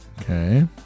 Okay